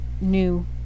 new